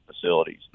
facilities